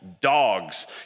dogs